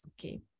okay